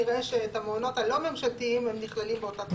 נראה שהמעונות הלא ממשלתיים נכללים באותה תוספת.